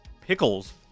Pickles